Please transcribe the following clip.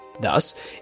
Thus